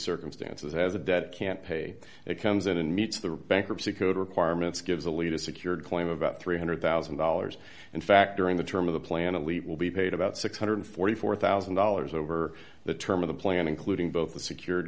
circumstances has a debt can't pay it comes in and meets the bankruptcy code requirements gives lead a secured claim about three hundred thousand dollars in fact during the term of the planet we will be paid about six hundred and forty four thousand dollars over the term of the plan including both the secured